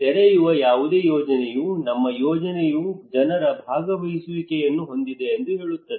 ನೀವು ತೆರೆಯುವ ಯಾವುದೇ ಯೋಜನೆಯು ನಮ್ಮ ಯೋಜನೆಯು ಜನರ ಭಾಗವಹಿಸುವಿಕೆಯನ್ನು ಹೊಂದಿದೆ ಎಂದು ಹೇಳುತ್ತದೆ